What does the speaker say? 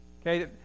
Okay